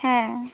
ᱦᱮᱸ